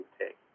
take